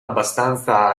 abbastanza